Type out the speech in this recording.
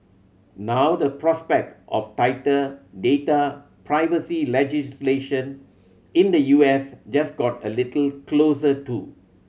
now the prospect of tighter data privacy legislation in the U S just got a little closer too